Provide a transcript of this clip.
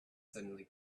suddenly